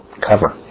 Cover